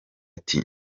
ati